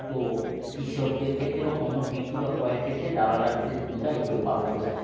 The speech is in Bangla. তো কৃষকদের ক্ষেত্রে বা পণ্য বিক্রি বা ক্রয়ের ক্ষেত্রে দালালরা বিশেষ ভূমিকা এভাবেই পালন করে থাকে